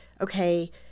okay